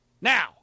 Now